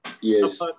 yes